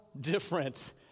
different